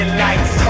lights